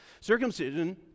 Circumcision